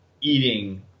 eating